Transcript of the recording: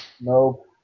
Nope